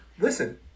Listen